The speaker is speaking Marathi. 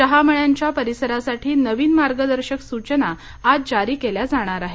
चहा मळ्यांच्या परिसरासाठी नवीन मार्गदर्शक सूचना आज जारी केल्या जाणार आहेत